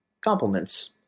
Compliments